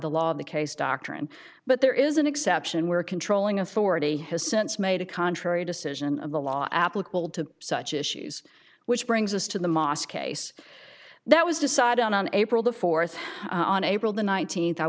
the law of the case doctrine but there is an exception where controlling authority has since made a contrary decision of the law applicable to such issues which brings us to the mosque case that was decided on on april the th on april the